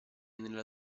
nella